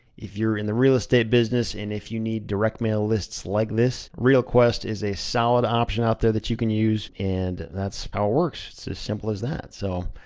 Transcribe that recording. if you're in the real estate business and if you need direct mail lists like this, realquest is a solid option out there that you can use, and that's how it works. it's as simple as that. so,